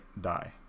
die